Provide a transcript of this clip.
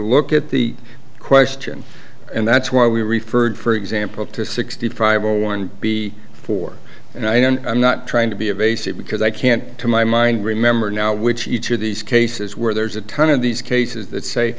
look at the question and that's why we referred for example to sixty five or one b four and i don't i'm not trying to be of ac because i can't to my mind remember now which each of these cases where there's a ton of these cases that say